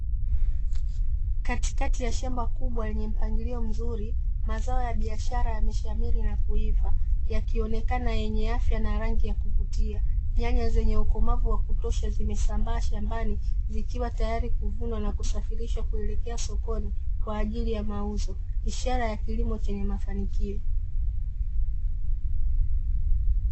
Katikati ya shamba kubwa lenye mpangilio mzuri, mazao ya biashara yameshamili na kuiva, yakionekana yenye afya na rangi ya kuvutia. Nyanya zenye ukomavu wa kutosha zimesambaa shambani, zikiwa tayari kuvunwa na kusafirishwa kuelekea sokoni kwa ajili ya mauzo, ishara ya kilimo chenye mafanikio.